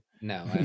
No